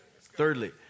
Thirdly